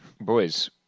Boys